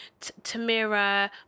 Tamira